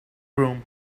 broom